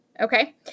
Okay